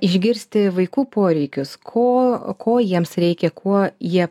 išgirsti vaikų poreikius ko o ko jiems reikia kuo jie